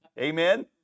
Amen